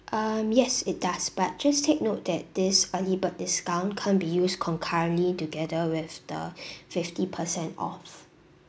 um yes it does but just take note that this early bird discount can't be used concurrently together with the fifty percent off